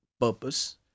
purpose